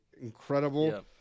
Incredible